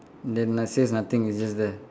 then na~ says nothing it's just there